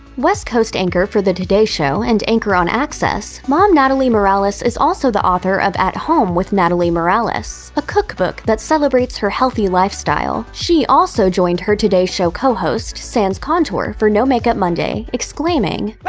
west coast anchor for the today show, and anchor on access, mom natalie morales is also the author of at home with natalie morales a cookbook that celebrates her healthy lifestyle. she also joined her today show co-hosts sans contour for no makeup monday, exclaiming,